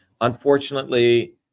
unfortunately